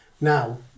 Now